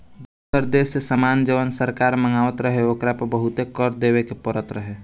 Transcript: दुसर देश से कुछ सामान जवन सरकार मँगवात रहे ओकरा पर बहुते कर देबे के परत रहे